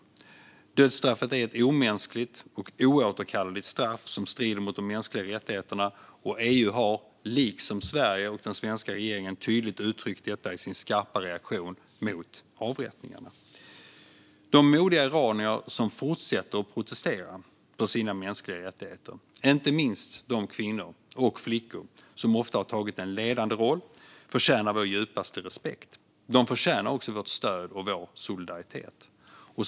Dödsstraffet är ett omänskligt och oåterkalleligt straff som strider mot de mänskliga rättigheterna. EU har, liksom Sverige och den svenska regeringen, tydligt uttryckt detta i sin skarpa reaktion på avrättningarna. De modiga iranier som fortsätter att protestera för sina mänskliga rättigheter, inte minst de kvinnor och flickor som ofta har tagit en ledande roll, förtjänar vår djupaste respekt. De förtjänar också vårt stöd och vår solidaritet.